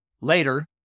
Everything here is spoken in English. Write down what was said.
later